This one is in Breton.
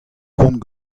kont